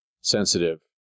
sensitive